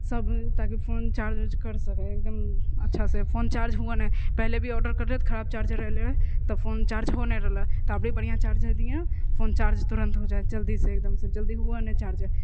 सब ताकि phone charge कर सकै एकदम अच्छा से फोन चार्ज हुअए नहि पहले भी आर्डर करलियौ तऽ खराब चार्जर रहलै तऽ फोन चार्ज हो नहि रहलए अबरी बढ़िआँ चार्जर दिहाँ फोन चार्ज तुरन्त हो जाए जल्दी से एकदम से जल्दी हुए हइ नहि चार्ज